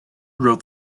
wrote